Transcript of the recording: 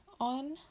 on